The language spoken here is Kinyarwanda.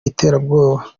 iterabwoba